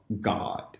God